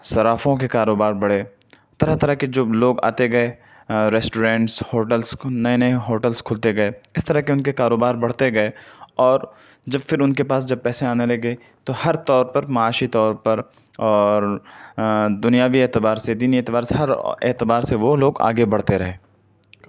صرافوں کے کاروبار بڑھے طرح طرح کے جو لوگ آتے گئے ریسٹورنٹس ہوٹلس نئے نئے ہوٹلس کھلتے گئے اس طرح کے ان کے کاروبار بڑھتے گئے اور جب پھر ان کے پاس جب پیسے آنے لگے تو ہر طور پر معاشی طور پر اور دنیاوی اعتبار سے دینی اعتبار سے ہر اعتبار سے وہ لوگ آگے بڑھتے رہے